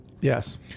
Yes